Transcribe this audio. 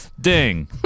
Ding